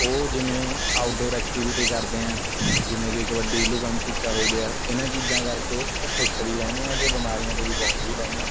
ਉਹ ਜਿਵੇਂ outdoor activity ਕਰਦੇ ਹੈ ਜਿਵੇਂ ਕਿ ਕਬੱਡੀ ਲੁੱਕਣ ਮਚੀਚਾ ਹੋ ਗਿਆ ਇਹਨਾਂ ਚੀਜ਼ਾਂ ਕਰਕੇ ਉਹ ਫਿੱਟ ਵੀ ਰਹਿੰਦੇ ਹੈ ਅਤੇ ਬਿਮਾਰੀਆਂ ਤੋਂ ਵੀ ਬਹੁਤ ਦੂਰ ਰਹਿੰਦੇ ਹੈ